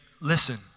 listen